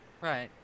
Right